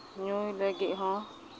ᱧᱩᱭ ᱞᱟᱹᱜᱤᱫ ᱦᱚᱸ